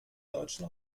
deutschen